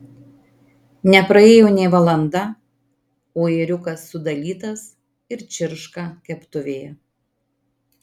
nepraėjo nė valanda o ėriukas sudalytas ir čirška keptuvėje